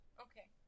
Okay